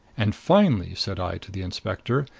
and finally, said i to the inspector,